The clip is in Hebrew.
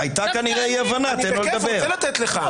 אני רוצה להודיע הודעה,